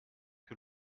que